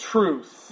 Truth